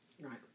Right